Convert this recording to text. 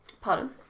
Pardon